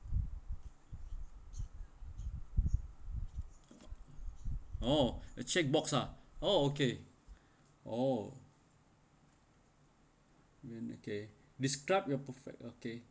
oh a checkbox ah oh okay oh okay describe your perfect okay